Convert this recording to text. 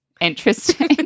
interesting